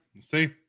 See